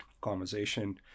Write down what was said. conversation